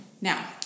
Now